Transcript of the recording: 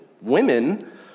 women